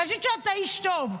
אני חושבת שאתה איש טוב.